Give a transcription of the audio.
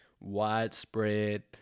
widespread